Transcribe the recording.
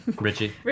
Richie